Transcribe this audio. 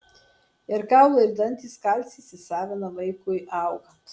ir kaulai ir dantys kalcį įsisavina vaikui augant